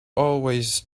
always